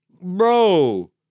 Bro